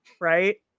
right